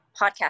podcast